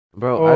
Bro